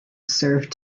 served